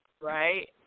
right